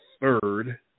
third